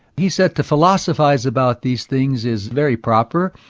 he said, to philosophize about these things is very proper,